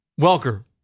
Welker